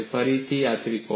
ફરીથી આ ત્રિકોણ